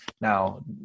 Now